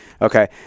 Okay